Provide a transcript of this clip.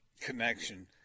connection